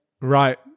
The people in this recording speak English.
Right